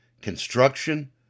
Construction